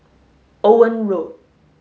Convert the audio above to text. Owen Road